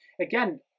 again